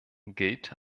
gilt